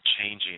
changing